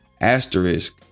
Asterisk